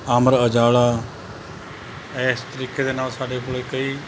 ਅਮਰ ਉਜਾਲਾ ਇਸ ਤਰੀਕੇ ਦੇ ਨਾਲ ਸਾਡੇ ਕੋਲ ਕਈ